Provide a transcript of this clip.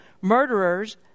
murderers